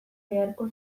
beharko